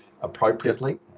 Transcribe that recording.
appropriately